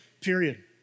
period